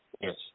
Yes